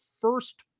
first